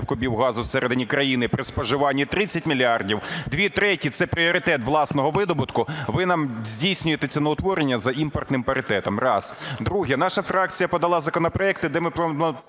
кубів газу всередині країни при споживанні 30 мільярдів, дві треті – це пріоритет власного видобутку, ви нам здійснюєте ціноутворення за імпортним паритетом. Раз. Друге. Наша фракція подала законопроекти, де ми